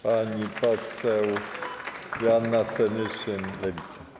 Pani poseł Joanna Senyszyn, Lewica.